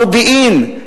המודיעין,